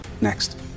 Next